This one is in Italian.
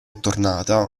tornata